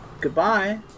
Goodbye